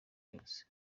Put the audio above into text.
yose